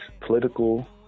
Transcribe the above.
political